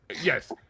Yes